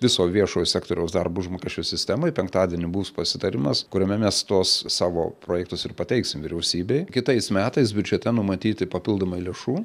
viso viešojo sektoriaus darbo užmokesčio sistemoj penktadienį bus pasitarimas kuriame mes tuos savo projektus ir pateiksim vyriausybei kitais metais biudžete numatyti papildomai lėšų